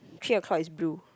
three o-clock is blue